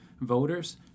voters